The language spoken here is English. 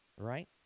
right